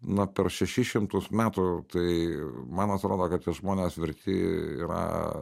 na per šešis šimtus metų tai man atrodo kad tie žmonės verti ir yra